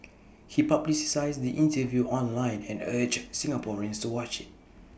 he publicised the interview online and urged Singaporeans to watch IT